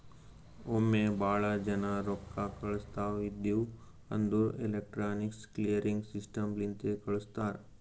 ಒಮ್ಮೆ ಭಾಳ ಜನಾ ರೊಕ್ಕಾ ಕಳ್ಸವ್ ಇದ್ಧಿವ್ ಅಂದುರ್ ಎಲೆಕ್ಟ್ರಾನಿಕ್ ಕ್ಲಿಯರಿಂಗ್ ಸಿಸ್ಟಮ್ ಲಿಂತೆ ಕಳುಸ್ತಾರ್